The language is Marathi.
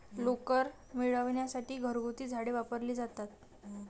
लोकर मिळविण्यासाठी घरगुती झाडे वापरली जातात